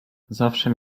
zawsze